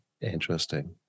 Interesting